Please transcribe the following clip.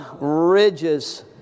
ridges